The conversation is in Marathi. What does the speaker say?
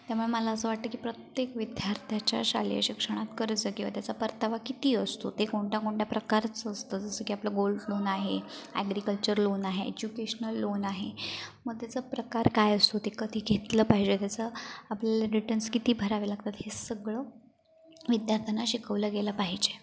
त्यामुळे मला असं वाटतं की प्रत्येक विद्यार्थ्यांच्या शालेय शिक्षणात कर्ज किवा त्याचा परतावा किती असतो ते कोणत्या कोणत्या प्रकारचं असतं जसं की आपलं गोल्ड लोन आहे ॲग्रीकल्चर लोन आहे एज्युकेशनल लोन आहे मग त्याचा प्रकार काय असतो कधी घेतलं पाहिजे त्याचा आपल्याला रिटर्न्स किती भरावे लागतात हे सगळं विद्यार्थ्यांना शिकवलं गेलं पाहिजे